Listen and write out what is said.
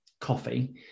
coffee